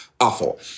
Awful